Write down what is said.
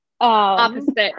Opposite